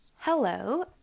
Hello